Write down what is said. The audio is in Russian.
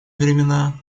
времена